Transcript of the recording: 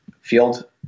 field